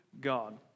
God